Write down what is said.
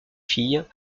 filles